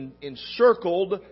encircled